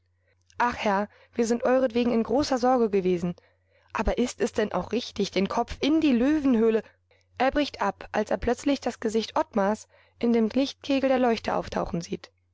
ach herr wir sind euretwegen in großer sorge gewesen aber ist es denn auch richtig den kopf in die löwenhöhle er bricht ab als er plötzlich das gesicht ottmars in dem lichtkegel der leuchte auftauchen sieht